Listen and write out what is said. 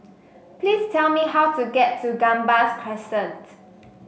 please tell me how to get to Gambas Crescent